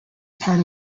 part